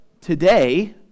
today